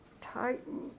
tighten